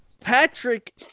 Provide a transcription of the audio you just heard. Patrick